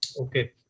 Okay